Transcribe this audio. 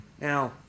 Now